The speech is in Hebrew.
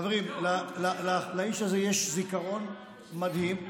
חברים, לאיש הזה יש זיכרון מדהים.